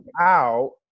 out